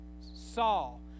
Saul